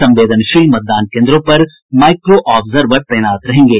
संवेदनशील मतदान केन्द्रों पर माईक्रो ऑब्जर्वर तैनात रहेंगे